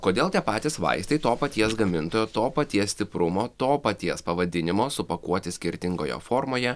kodėl tie patys vaistai to paties gamintojo to paties stiprumo to paties pavadinimo supakuoti skirtingoje formoje